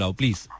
please।